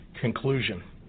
conclusion